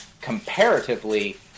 comparatively